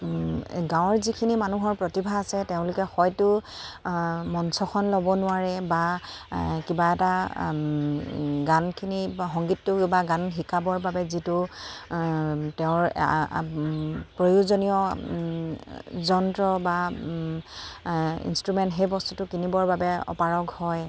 গাঁৱৰ যিখিনি মানুহৰ প্ৰতিভা আছে তেওঁলোকে হয়টো মঞ্চখন ল'ব নোৱাৰে বা কিবা এটা গানখিনি বা সংগীতটো বা গান শিকাবৰ বাবে যিটো তেওঁৰ প্ৰয়োজনীয় যন্ত্ৰ বা ইনষ্ট্ৰুমেণ্ট সেই বস্তুটো কিনিবৰ বাবে অপাৰগ হয়